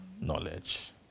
knowledge